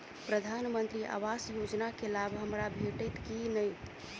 प्रधानमंत्री आवास योजना केँ लाभ हमरा भेटतय की नहि?